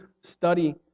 study